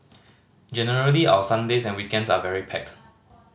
generally our Sundays and weekends are very packed